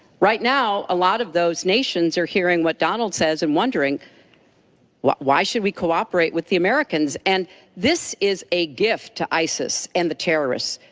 right now, a lot of those nations are hearing what donald says and wondering why should we cooperate with the americans and this is a gift to isis and the terrorists.